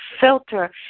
filter